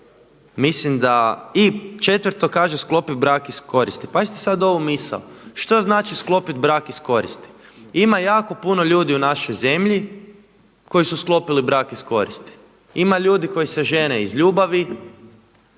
Mislim da, i četvrto kaže sklopi brak iz koristi. Pazite sad ovu misao, što znači sklopiti brak iz koristi? Ima jako puno ljudi u našoj zemlji koji su sklopili brak iz koristi. Ima ljudi koji se žene iz ljubavi,